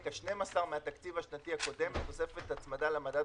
השנים עשר מהתקציב השנתי הקודם בתוספת הצמדה למדד